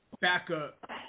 backup